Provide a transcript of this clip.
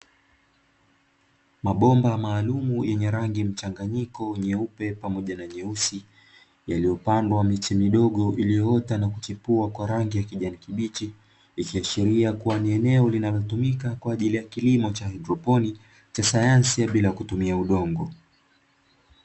Mabomba maalumu yenye rangi mchanganyiko nyeupe pamoja na nyeusi, yaliyopandwa miche midogo iliyoota na kuchipua kwa rangi ya kijani kibichi. Ikiashiria kuwa ni eneo linalotumika kwa ajili ya kilimo cha haidroponi cha sayansi ya bila kutumia udongo.